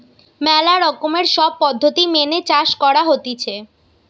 ম্যালা রকমের সব পদ্ধতি মেনে চাষ করা হতিছে